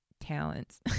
talents